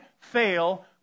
fail